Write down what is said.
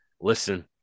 Listen